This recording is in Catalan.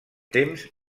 temps